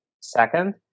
second